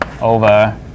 over